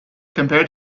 compared